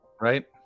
right